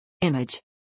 Image